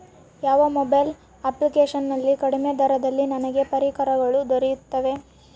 ಯಾವ mobile application ನಲ್ಲಿ ಕಡಿಮೆ ದರದಲ್ಲಿ ನನಗೆ ಪರಿಕರಗಳು ದೊರೆಯುತ್ತವೆ?